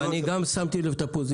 אבל אני גם שמתי לב לפוזיציה.